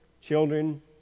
children